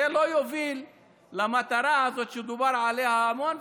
זה לא יוביל למטרה הזאת, שדובר עליה המון.